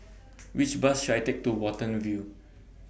Which Bus should I Take to Watten View